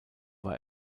war